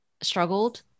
struggled